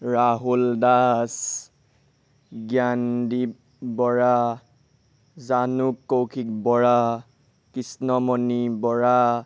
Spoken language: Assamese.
ৰাহুল দাস জ্ঞানদীপ বৰা জানুক কৌশিক বৰা কৃষ্ণমণি বৰা